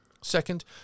Second